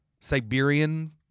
Siberian